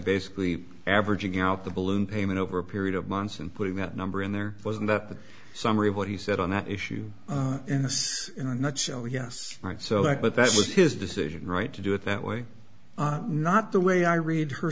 basically averaging out the balloon payment over a period of months and putting that number in there wasn't a summary of what he said on that issue in the sense in a nutshell yes right so that but that was his decision right to do it that way not the way i read her